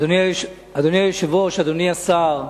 אדוני היושב-ראש, אדוני השר,